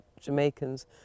Jamaicans